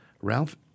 Ralph